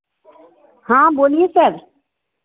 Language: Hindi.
हाँ बोलिए सर